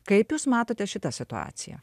kaip jūs matote šitą situaciją